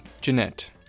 Jeanette